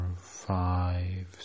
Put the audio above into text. five